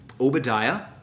Obadiah